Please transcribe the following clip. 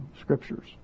scriptures